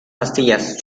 pastillas